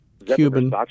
Cuban